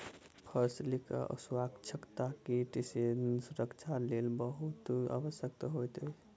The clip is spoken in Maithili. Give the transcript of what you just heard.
फसीलक स्वच्छता कीट सॅ सुरक्षाक लेल बहुत आवश्यक होइत अछि